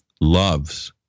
loves